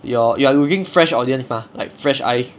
your you are losing fresh audience mah like fresh eyes